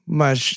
mas